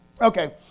Okay